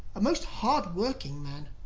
a most hard-working man.